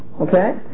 Okay